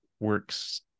works